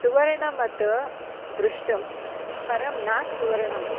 सुवर्णवत् दृष्टम् परं न सुवर्णम्